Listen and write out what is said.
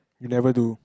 never do